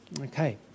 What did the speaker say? Okay